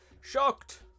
shocked